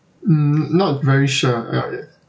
mm not very sure about it